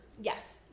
yes